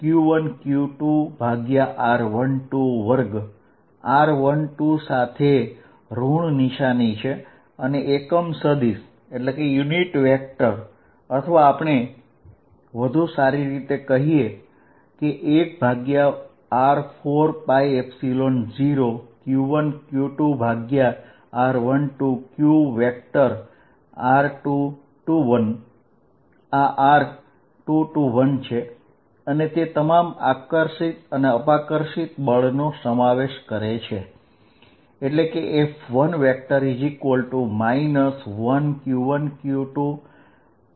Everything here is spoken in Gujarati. તો તેમની વચ્ચેનું બળ F1 140q1q2r122r12140q1q2r123r21 હોય છે અને તે તમામ આકર્ષિત અને અપાકર્ષિત બળનો સમાવેશ કરે છે